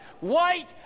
white